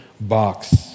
box